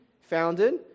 founded